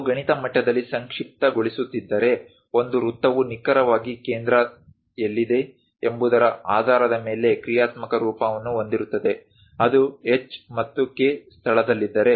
ನಾವು ಗಣಿತ ಮಟ್ಟದಲ್ಲಿ ಸಂಕ್ಷಿಪ್ತಗೊಳಿಸುತ್ತಿದ್ದರೆ ಒಂದು ವೃತ್ತವು ನಿಖರವಾಗಿ ಕೇಂದ್ರ ಎಲ್ಲಿದೆ ಎಂಬುದರ ಆಧಾರದ ಮೇಲೆ ಕ್ರಿಯಾತ್ಮಕ ರೂಪವನ್ನು ಹೊಂದಿರುತ್ತದೆ ಅದು h ಮತ್ತು k ಸ್ಥಳದಲ್ಲಿದ್ದರೆ